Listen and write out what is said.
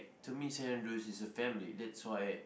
to me Saint-Andrew's is a family that's why